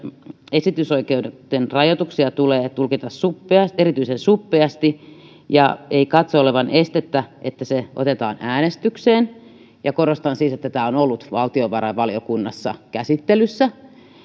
esitysoikeuden rajoituksia tulee tulkita erityisen suppeasti eikä katso olevan estettä että se otetaan äänestykseen ja korostan siis että tämä oli ollut valtiovarainvaliokunnassa käsittelyssä